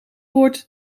woord